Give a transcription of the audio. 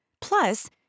Plus